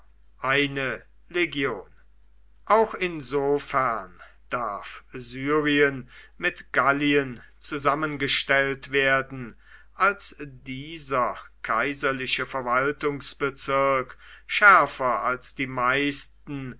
eine legion auch insofern darf syrien mit gallien zusammengestellt werden als dieser kaiserliche verwaltungsbezirk schärfer als die meisten